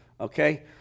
Okay